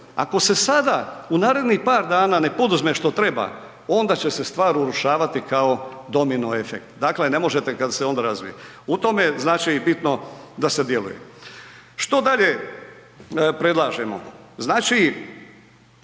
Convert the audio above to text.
ako se sada u narednih par dana ne poduzme što treba, onda će se stvar urušavati kao domino efekt, dakle ne možete kad se .../Govornik se ne razumije./..., u tome znači bitno da se djeluje. Što dalje predlažemo?